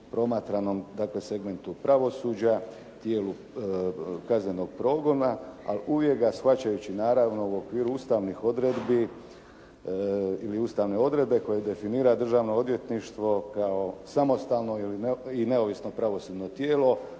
promatranom dakle segmentu pravosuđa, dijelu kaznenog progona ali uvijek ga shvaćajući naravno u okviru ustavnih odredbi ili ustavne odredbe koje definira Državno odvjetništvo kao samostalno i neovisno pravosudno tijelo